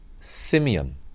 Simeon